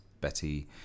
Betty